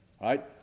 Right